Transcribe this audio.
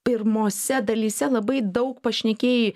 pirmose dalyse labai daug pašnekėjai